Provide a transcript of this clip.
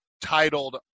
titled